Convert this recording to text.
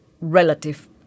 relative